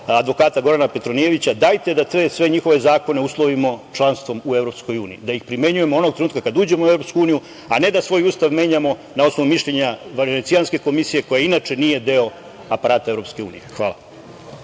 advokata Gorana Petronijevića – dajte da te sve njihove zakone uslovimo članstvom u Evropsku uniji, da ih primenjujemo onog trenutka kada uđemo u Evropsku uniju, a ne da svoj Ustav menjamo na osnovu mišljenja Venecijanske komisije koja inače nije deo aparata Evropske